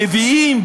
הנביאים,